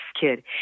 kid